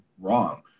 wrong